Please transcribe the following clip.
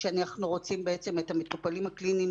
כשאנחנו רוצים בעצם את המטופלים הקליניים